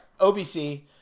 OBC